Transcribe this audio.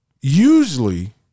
usually